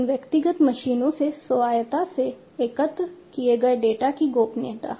इन व्यक्तिगत मशीनों से स्वायत्तता से एकत्र किए गए डेटा की गोपनीयता